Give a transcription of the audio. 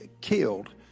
killed